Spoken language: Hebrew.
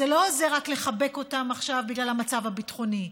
אז זה לא עוזר רק לחבק אותם עכשיו בגלל המצב הביטחוני.